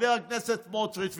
חבר הכנסת סמוטריץ',